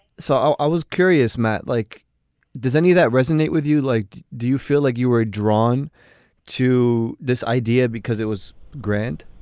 so i was curious matt like does any of that resonate with you like do you feel like you were ah drawn to this idea because it was grant